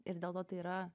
ir dėl to tai yra